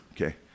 okay